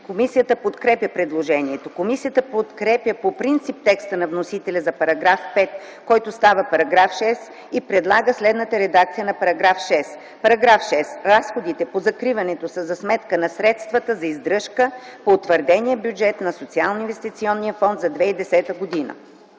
Комисията подкрепя предложението. Комисията подкрепя по принцип текста на вносителя за § 5, който става § 6, и предлага следната редакция на § 6: „§ 6. Разходите по закриването са за сметка на средствата за издръжка по утвърдения бюджет на Социалноинвестиционния фонд за 2010 г.”